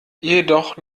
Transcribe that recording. jedoch